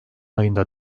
ayında